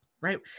right